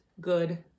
good